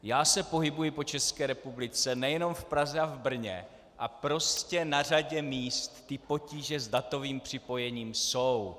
Já se pohybuji po České republice nejenom v Praze a v Brně, a prostě na řadě míst potíže s datovým připojením jsou.